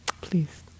Please